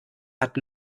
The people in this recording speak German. hat